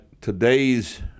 today's